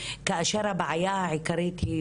כאשר הבעיה העיקרית היא